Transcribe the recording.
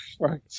Right